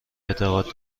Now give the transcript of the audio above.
اعتقاد